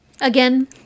again